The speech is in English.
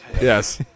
Yes